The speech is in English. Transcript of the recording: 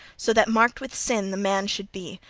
so that marked with sin the man should be,